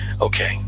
okay